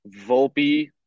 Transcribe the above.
Volpe